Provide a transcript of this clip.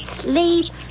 sleep